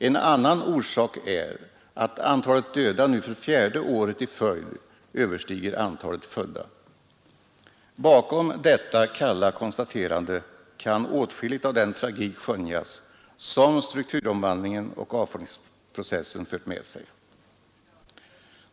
En annan orsak är att antalet döda nu för fjärde året i följd överstiger antalet födda. Bakom detta kalla konstaterande kan åtskilligt av den tragik skönjas som strukturomvandlingen och avfolkningsprocessen fört med sig.